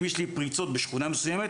אם יש לי פריצות בשכונה מסוימת